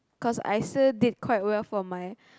cause I still did quite well for my